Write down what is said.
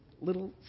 little